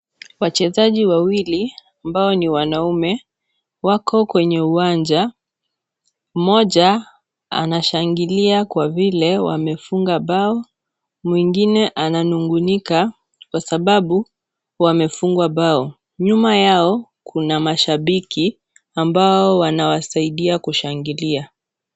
Wachezaji wawili ambao ni wanaume, wako kwenye uwanja. Mmoja anashangilia kwa vile wamefunga bao. Mwingine ananung'unika kwa sababu wamefungwa bao. Nyuma yao kuna mashabiki ambao wanawasaidia kushangilia.